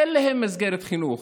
אין להם מסגרת חינוך,